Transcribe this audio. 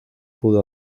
pudo